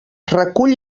recull